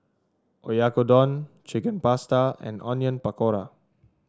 Oyakodon Chicken Pasta and Onion Pakora